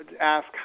ask